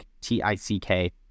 T-I-C-K